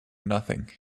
nothing